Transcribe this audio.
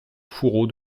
fourreau